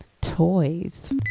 toys